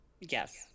Yes